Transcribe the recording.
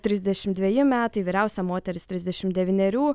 trisdešimt dveji metai vyriausia moteris trisdešimt devynerių